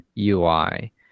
UI